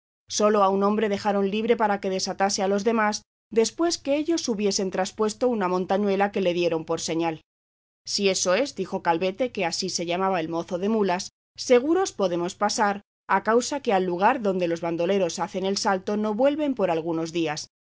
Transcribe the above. a sólo un hombre dejaron libre para que desatase a los demás después que ellos hubiesen traspuesto una montañuela que le dieron por señal si eso es dijo calvete que así se llamaba el mozo de mulas seguros podemos pasar a causa que al lugar donde los bandoleros hacen el salto no vuelven por algunos días